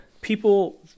People